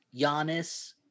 Giannis